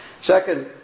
Second